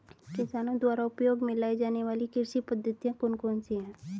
किसानों द्वारा उपयोग में लाई जाने वाली कृषि पद्धतियाँ कौन कौन सी हैं?